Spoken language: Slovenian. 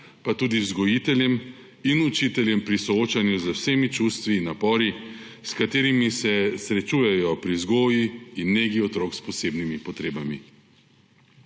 pa tudi vzgojiteljem in učiteljem pri soočanju z vsemi čustvi in napori, s katerimi se srečujejo pri vzgoji in negi otrok s posebnimi potrebami.